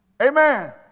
Amen